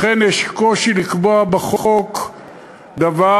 לכן יש קושי לקבוע בחוק מספר,